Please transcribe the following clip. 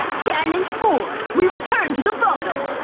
challenge four. we return to the bottle.